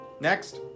Next